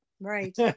right